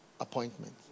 appointment